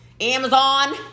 Amazon